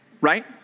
right